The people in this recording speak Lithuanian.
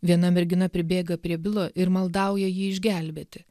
viena mergina pribėga prie bilo ir maldauja jį išgelbėti